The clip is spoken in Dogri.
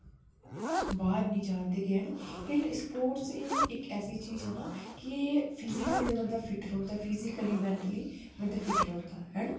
बाहर नेई जान देगे है नी स्पोर्टस एह् इक ऐसी चीज ऐ ना फिजीकली ते बंदा फिट रौंहदा फिजीकली मैन्टली बंदा फिट रौंहदा